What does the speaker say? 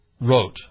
wrote